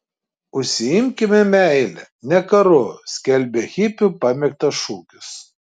užsiimkime meile ne karu skelbė hipių pamėgtas šūkis